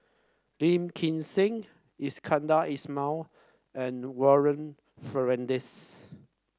Lim Kim San Iskandar Ismail and Warren Fernandez